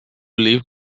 leave